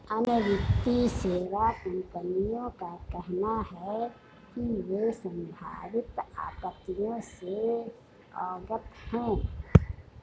अन्य वित्तीय सेवा कंपनियों का कहना है कि वे संभावित आपत्तियों से अवगत हैं